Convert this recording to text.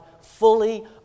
fully